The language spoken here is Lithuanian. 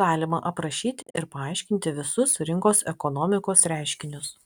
galima aprašyti ir paaiškinti visus rinkos ekonomikos reiškinius